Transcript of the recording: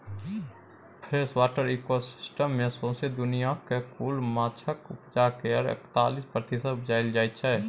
freshwater ecosystem मे सौसें दुनियाँक कुल माछक उपजा केर एकतालीस प्रतिशत उपजाएल जाइ छै